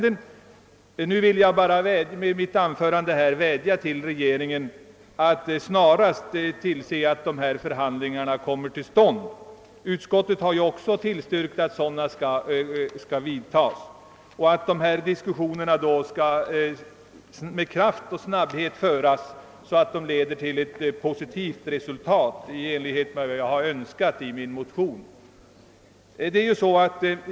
Med mitt anförande vill jag bara vädja till regeringen att snarast tillse att dessa förhandlingar kommer till stånd — vilket utskottet också har tillstyrkt — och att diskussionerna skall föras med kraft och snabbhet så att de leder till ett positivt resultat i enlighet med vad jag önskat i min motion.